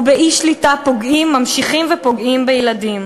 ובאי-שליטה ממשיכים ופוגעים בילדים.